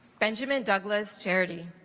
benjamin douglas charity